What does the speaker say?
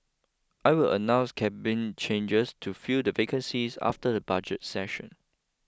I will announce Cabinet changes to fill the vacancies after the budget session